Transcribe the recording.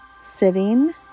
sitting